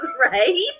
Right